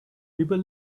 people